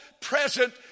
present